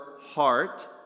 heart